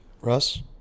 Russ